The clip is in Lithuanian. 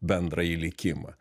bendrąjį likimą